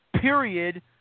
period